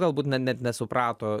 galbūt net nesuprato